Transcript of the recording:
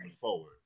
forward